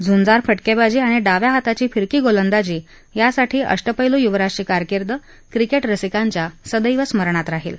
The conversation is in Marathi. झुंजार फटकबीजी आणि डाव्या हाताची फिरकी गोलंदाजी यासाठी अष्टपैलू युवराजची कारकीर्द क्रिक्ट्रिसिकांच्या सदैव स्मरणात राहील